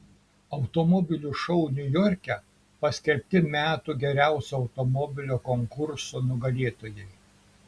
automobilių šou niujorke paskelbti metų geriausio automobilio konkurso nugalėtojai